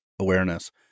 awareness